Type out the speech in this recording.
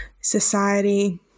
society